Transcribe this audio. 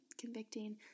convicting